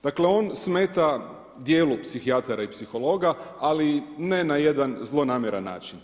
Dakle, on smeta dijelu psihijatara i psihologa ali ne na jedan zlonamjeran način.